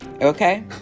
okay